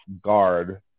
guard